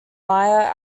maya